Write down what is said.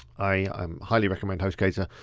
i am highly recommend hostgator.